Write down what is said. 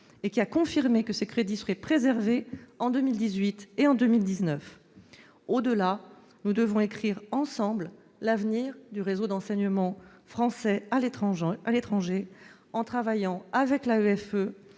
et qui a confirmé que ses crédits seraient préservés en 2018 et en 2019. Au-delà, nous devrons écrire ensemble l'avenir du réseau français à l'étranger en travaillant avec l'AEFE,